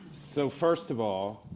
so first of all,